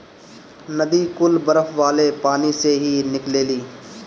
नदी कुल बरफ वाले पानी से ही निकलेली